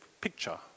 picture